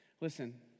Listen